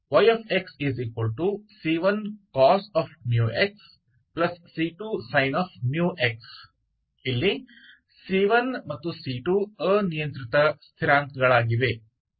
yxc1cos xc2sin μx ಇಲ್ಲಿ c1 c2 ಅನಿಯಂತ್ರಿತ ಸ್ಥಿರಾಂಕಗಳಾಗಿವೆ